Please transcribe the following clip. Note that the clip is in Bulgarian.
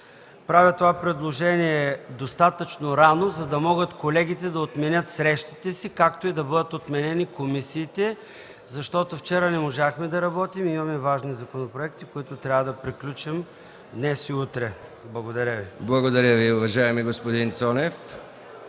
Правя това предложение достатъчно рано, за да могат колегите да отменят срещите си, както и да бъдат отменени комисиите. Вчера не можахме да работим, а имаме важни законопроекти, които трябва да приключим днес и утре. Благодаря Ви. ПРЕДСЕДАТЕЛ МИХАИЛ МИКОВ: Благодаря Ви, уважаеми господин Цонев.